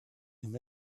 him